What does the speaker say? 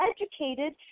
educated